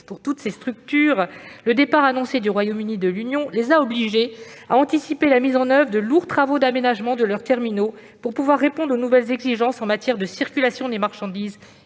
Pour toutes ces structures, le départ annoncé du Royaume-Uni de l'Union européenne les a obligées à anticiper la mise en oeuvre de lourds travaux d'aménagement des terminaux pour pouvoir répondre aux nouvelles exigences en matière de circulation des marchandises